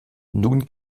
nun